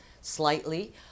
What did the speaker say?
slightly